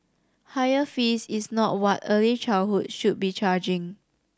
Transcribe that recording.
higher fees is not what early childhood should be charging